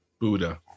Buddha